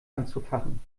anzufachen